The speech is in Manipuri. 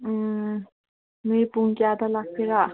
ꯎꯝ ꯅꯣꯏ ꯄꯨꯡ ꯀꯌꯥꯗ ꯂꯥꯛꯀꯦꯔꯥ